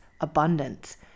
abundance